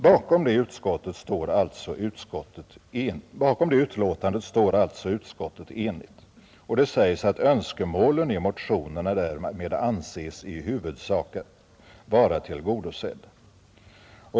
Bakom det uttalandet står alltså utskottet enigt, och det sägs att önskemålen i motionerna därmed anses i huvudsak vara tillgodosedda.